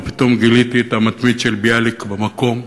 ופתאום גיליתי את "המתמיד" של ביאליק במקום.